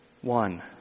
one